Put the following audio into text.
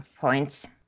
points